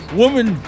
woman